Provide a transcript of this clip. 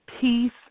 peace